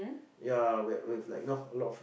ya with with like you know a lot of